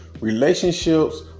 Relationships